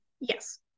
Yes